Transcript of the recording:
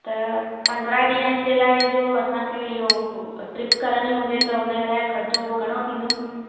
त पंद्रहं ॾींहुनि जे लाइ जो असांखे इहो ट्रिप करिणी हुजे त हुन लाइ ख़र्चो घणो थींदो